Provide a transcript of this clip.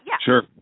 Sure